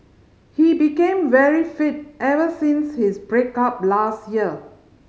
he became very fit ever since his break up last year